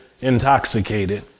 intoxicated